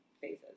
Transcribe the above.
phases